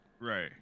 right